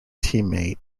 teammate